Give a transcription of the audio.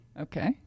Okay